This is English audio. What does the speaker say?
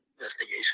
investigation